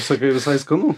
sakai visai skanu